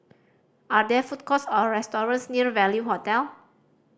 are there food courts or restaurants near Value Hotel